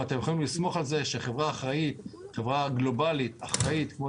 אתם יכולים לסמוך על זה שחברה גלובאלית אחראית כמו